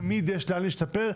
תמיד יש לאן להשתפר,